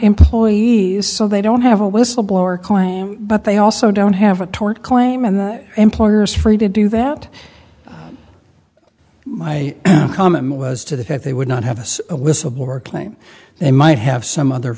employees so they don't have a whistleblower claim but they also don't have a tort claim in the employer's free to do that my comment was to the fact they would not have us a whistleblower claim they might have some other